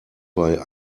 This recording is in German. bei